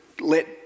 let